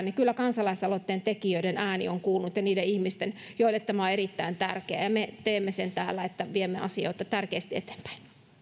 niin kyllä kansalaisaloitteen tekijöiden ja niiden ihmisten ääni on kuulunut joille tämä on erittäin tärkeää ja me teemme täällä sen että viemme asioita tärkeästi eteenpäin